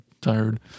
tired